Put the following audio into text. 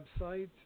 website